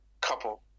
couple